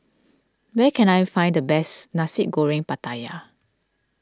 where can I find the best Nasi Goreng Pattaya